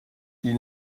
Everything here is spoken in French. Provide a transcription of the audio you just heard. ils